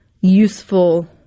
useful